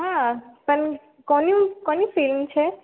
હા તમ કોની કોની ફિલ્મ છે